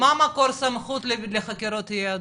מה מקור סמכות לחקירות יהדות?